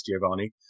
Giovanni